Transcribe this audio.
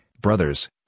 brothers